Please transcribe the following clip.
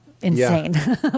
insane